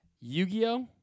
Yu-Gi-Oh